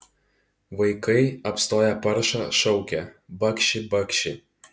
vaikai apstoję paršą šaukia bakši bakši